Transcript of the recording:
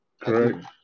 correct